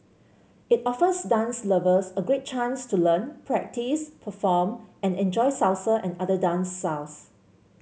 it offers dance lovers a great chance to learn practice perform and enjoy Salsa and other dance styles